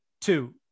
Two